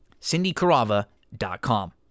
CindyCarava.com